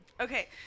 Okay